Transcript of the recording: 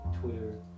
Twitter